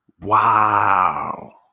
Wow